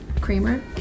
creamer